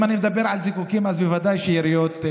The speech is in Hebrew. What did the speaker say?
אם אני מדבר על זיקוקים, אז בוודאי שיריות,